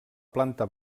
planta